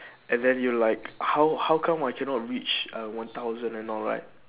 and then you like how how come I cannot reach uh one thousand and all right